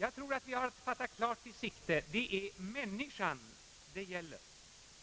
Jag tror att vi har att fatta klart i sikte: det är människan det gäller,